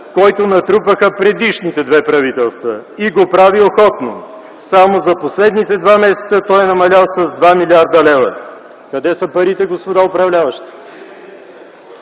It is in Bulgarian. който натрупаха предишните две правителства. И го прави охотно. Само за последните два месеца той е намалял с 2 млрд. лв. Къде са парите, господа управляващи?